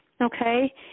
okay